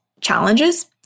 challenges